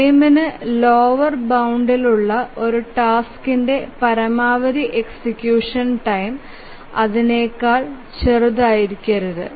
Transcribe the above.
ഫ്രെയിമിന് lower ബൌണ്ട്ലുള്ള ഒരു ടാസ്ക്കിന്റെ പരമാവധി എക്സിക്യൂഷൻ ടൈം അതിനേക്കാൾ ചെറുതായിരിക്കരുത്